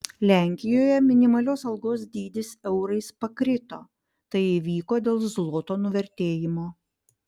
lenkijoje minimalios algos dydis eurais pakrito tai įvyko dėl zloto nuvertėjimo